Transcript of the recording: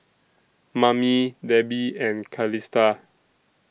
Mamie Debi and Calista